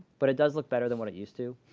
but it does look better than what it used to.